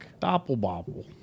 Doppelbobble